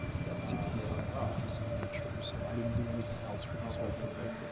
it's about sixty five pages in nature, so i didn't do anything else for this whole period.